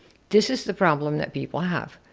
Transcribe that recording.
this is the problem that people have.